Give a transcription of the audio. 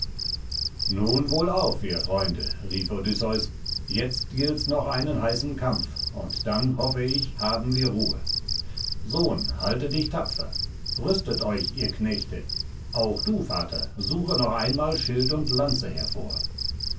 nun wohlauf ihr freunde rief odysseus jetzt gilt's noch einen heißen kampf und dann hoffe ich haben wir ruhe sohn halte dich tapfer rüstet euch ihr knechte auch du vater suche noch einmal schild und lanze hervor